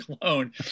clone